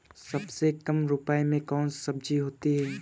सबसे कम रुपये में कौन सी सब्जी होती है?